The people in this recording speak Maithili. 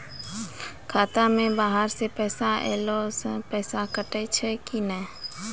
खाता मे बाहर से पैसा ऐलो से पैसा कटै छै कि नै?